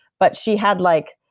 but she had like